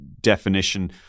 definition